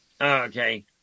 Okay